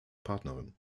partnerin